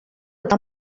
eta